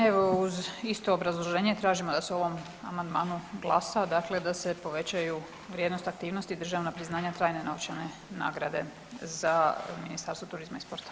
Evo, uz isto obrazloženje tražimo da se o ovom amandmanu glasa, dakle da se povećaju vrijednost aktivnosti državna priznanja, trajne novčane nagrade za Ministarstvo turizma i sporta.